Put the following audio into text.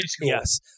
yes